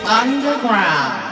underground